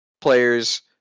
players